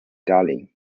delhi